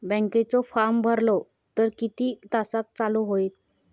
बँकेचो फार्म भरलो तर किती तासाक चालू होईत?